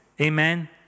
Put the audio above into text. Amen